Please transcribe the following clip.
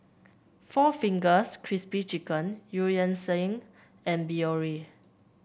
Four Fingers Crispy Chicken Eu Yan Sang and Biore